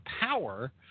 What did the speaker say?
power